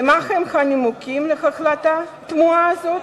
ומהם הנימוקים להחלטה תמוהה זאת?